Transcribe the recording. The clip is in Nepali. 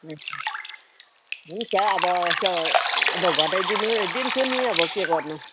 हुन्छ अब त्यो अब घटाइदिनु दिन्छु नि अब के गर्नु